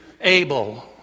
Abel